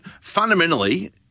fundamentally